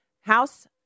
House